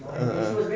a'ah